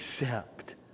accept